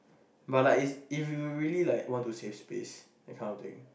but like it's if you really like want to save space that kind of thing